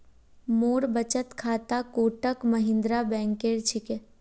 मोर बचत खाता कोटक महिंद्रा बैंकेर छिके